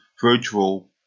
virtual